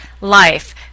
life